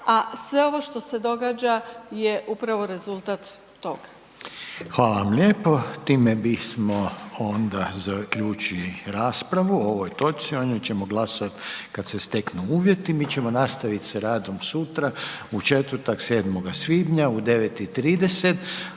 a sve ovo što se događa je upravo rezultat toga. **Reiner, Željko (HDZ)** Hvala vam lijepo. Time bismo onda zaključili raspravu o ovoj točci. O njoj ćemo glasovati kad se steknu uvjeti. Mi ćemo nastaviti s radom sutra, u četvrtak, 7. svibnja u 9,30,